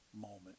moment